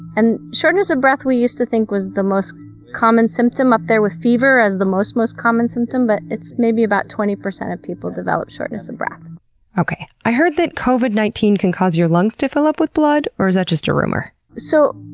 and shortness of breath, we used to think was the most common symptom, up there with fever as the most-most common symptom, but it's maybe about twenty percent of people developing shortness of breath okay, i heard that covid nineteen can cause your lungs to fill up with blood? or is that just a rumor? so,